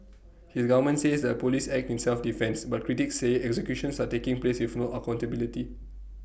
his government says the Police act in self defence but critics say executions are taking place with no accountability